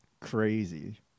crazy